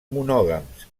monògams